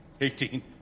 Eighteen